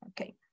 okay